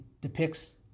depicts